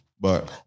but-